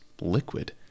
liquid